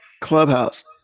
Clubhouse